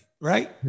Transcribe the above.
right